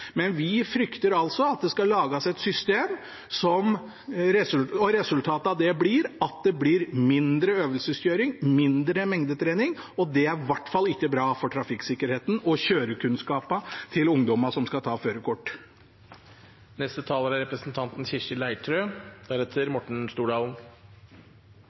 Vi frykter altså at det skal lages et system, og at resultatet av det blir at det blir mindre øvelseskjøring, mindre mengdetrening. Det er i hvert fall ikke bra for trafikksikkerheten og kjørekunnskapen til ungdommene som skal ta førerkort.